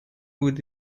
with